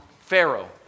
Pharaoh